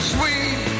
Sweet